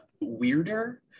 weirder